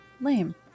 Lame